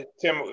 Tim